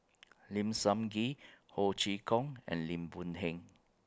Lim Sun Gee Ho Chee Kong and Lim Boon Heng